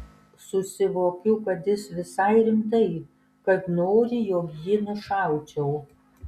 susivokiu kad jis visai rimtai kad nori jog jį nušaučiau